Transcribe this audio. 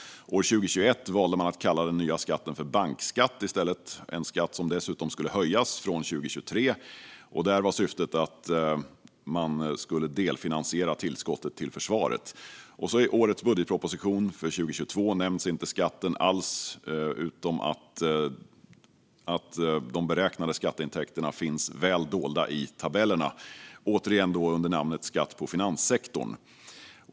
År 2021 valde man att kalla den nya skatten för bankskatt i stället - en skatt som dessutom skulle höjas från 2023. Syftet var att man skulle delfinansiera tillskottet till försvaret. I årets budgetproposition för 2022 nämns inte skatten alls, men de beräknade skatteintäkterna finns väl dolda i tabellerna, återigen under benämningen skatt på finanssektorn.